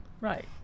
Right